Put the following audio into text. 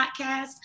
podcast